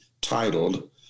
titled